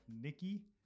Nikki